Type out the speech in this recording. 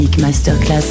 Masterclass